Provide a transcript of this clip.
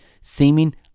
seeming